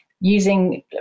using